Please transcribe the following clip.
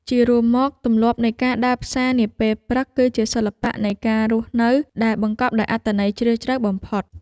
ជារួមមក ទម្លាប់នៃការដើរផ្សារនាពេលព្រឹក គឺជាសិល្បៈនៃការរស់នៅដែលបង្កប់ដោយអត្ថន័យជ្រាលជ្រៅបំផុត។